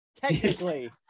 technically